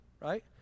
right